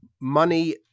money